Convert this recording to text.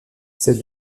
ces